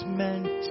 meant